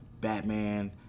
Batman